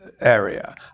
area